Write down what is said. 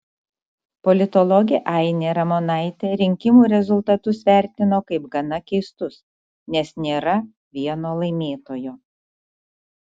politologė ainė ramonaitė rinkimų rezultatus vertino kaip gana keistus nes nėra vieno laimėtojo